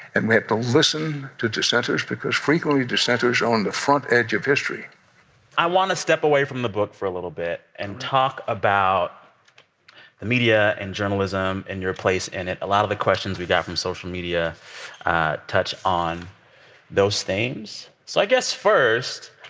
and we have to listen to dissenters because frequently dissenters are on the front edge of history i want to step away from the book for a little bit and talk about the media and journalism and your place in it. a lot of the questions we got from social media touch on those themes. so i guess first